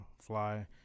fly